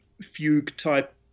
fugue-type